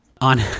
On